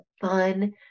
fun